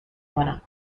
کنم